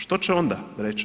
Što će onda reći?